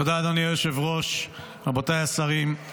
תודה, אדוני היושב-ראש, רבותיי השרים,